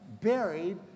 buried